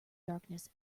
darkness